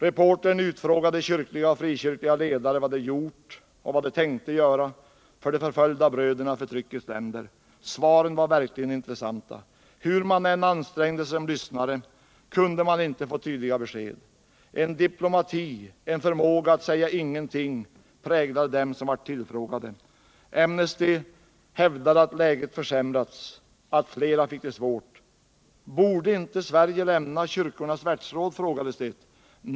Reportern utfrågade kyrkliga och frikyrkliga ledare om vad de gjort och vad de tänkte göra för de förföljda bröderna i förtryckets länder. Svaren var verkligen intressanta. Hur man som lyssnare än ansträngde sig kunde man inte få tydliga besked - en diplomati, en förmåga att säga ingenting präglade dem som blev tillfrågade. Amnesty hävdade att läget försämrats, att fler fått det svårt. Borde inte Sverige lämna Kyrkornas världsråd? frågades det.